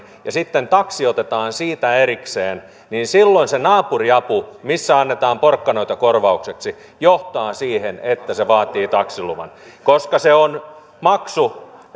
ja sitten taksi otetaan siitä erikseen silloin se naapuriapu missä annetaan porkkanoita korvaukseksi johtaa siihen että se vaatii taksiluvan koska se on maksu